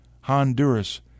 Honduras